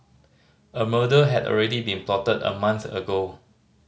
a murder had already been plotted a month ago